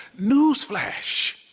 Newsflash